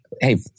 hey